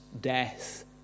death